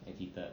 editor